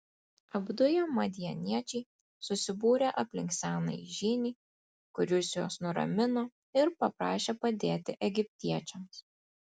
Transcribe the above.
apduję madianiečiai susibūrė aplink senąjį žynį kuris juos nuramino ir paprašė padėti egiptiečiams